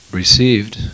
received